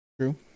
True